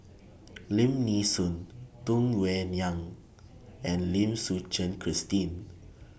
Lim Nee Soon Tung Yue Nang and Lim Suchen Christine